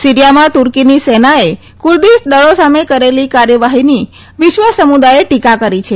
સિરીયામાં તુર્કીની સેનાએ કુર્દીશ દળો સામે કરેલી કાર્યવાહીની વિશ્વ સમુદાયે ટીકા કરી છે